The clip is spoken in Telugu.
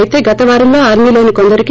అయితే గత వారంలో ఆర్మీలోని కొందరికి